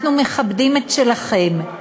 אנחנו מכבדים את שלכם,